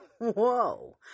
whoa